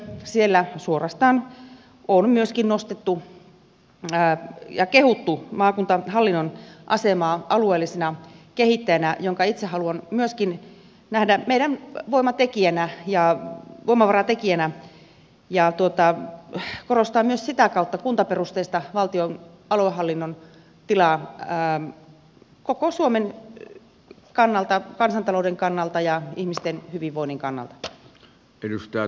siellä suorastaan on myöskin nostettu ja kehuttu maakuntahallinnon asemaa alueellisena kehittäjänä ja itse haluan myöskin nähdä sen meidän voimavaratekijänä ja korostaa myös sitä kautta kuntaperusteista valtion aluehallinnon tilaa koko suomen kannalta kansantalouden kannalta ja ihmisten hyvinvoinnin kannalta